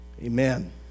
Amen